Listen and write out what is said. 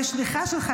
כשליחה שלך,